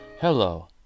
hello